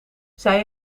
zij